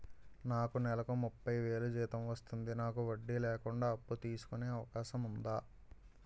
నాకు నేలకు ముప్పై వేలు జీతం వస్తుంది నాకు వడ్డీ లేకుండా అప్పు తీసుకునే అవకాశం ఉందా